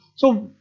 so,